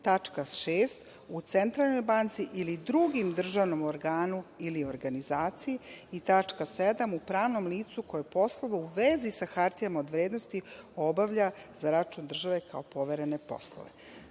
tačka 6. u Centralnoj banci ili drugim državnom organu ili organizaciji i tačka 7. u pravnom licu koje poslove u vezi sa hartijama od vrednosti obavlja za račun države kao poverene poslove. Znači,